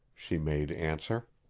she made answer,